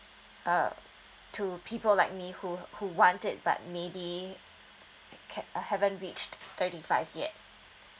uh to people like me who who want it but maybe I can't uh haven't reached thirty five yet